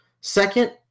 Second